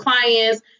clients